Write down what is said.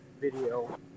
video